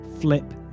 flip